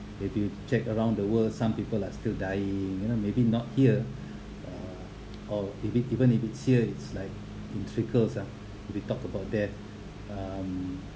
they they check around the world some people are still dying you know maybe not here uh or if it even if it's here it's like in trickles ah if we talked about that um